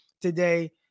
today